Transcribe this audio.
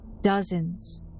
Dozens